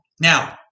Now